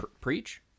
preach